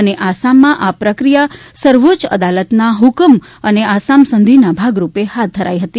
અને આસામમાં આ પ્રક્રિયા સર્વોચ્ય અદાલતના ઠ્કમ અને આસામ સંઘિના ભાગરૂપે હાથ ધરાઈ છે